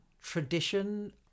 tradition